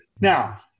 Now